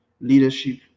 leadership